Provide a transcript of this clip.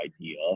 idea